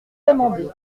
amendé